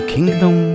Kingdom